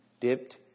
dipped